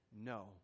no